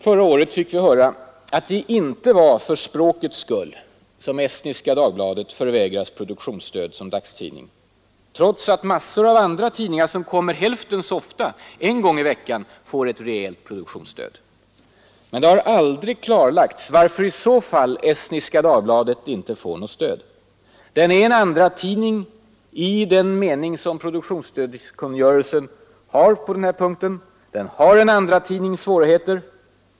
Förra året fick vi höra att det inte var för språkets skull som Estniska Dagbladet förvägras produktionsstöd som dagstidning, trots att massor av andra tidningar som utkommer hälften så ofta, en gång i veckan, får ett rejält produktionsstöd. Men det har aldrig klarlagts varför i så fall Estniska Dagbladet inte får något stöd. Den är en andratidning i den mening som presstödskungörelsen har på den här punkten. Den har en andratidnings svårigheter.